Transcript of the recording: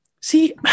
See